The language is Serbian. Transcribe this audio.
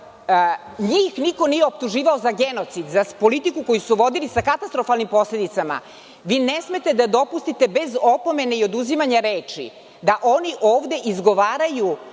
njih niko nije optuživao za genocid, za politiku koju su vodili sa katastrofalnim posledicama, ne smete da dopustite bez opomene i oduzimanja reči da oni ovde izgovaraju